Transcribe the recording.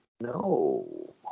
no